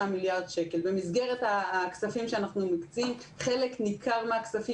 במסגרת הכספים שאנחנו מקצים חלק ניכר מהכספים